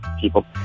people